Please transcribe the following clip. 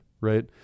right